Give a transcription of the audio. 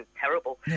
terrible